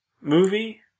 movie